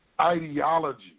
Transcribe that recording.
ideology